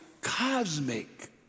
cosmic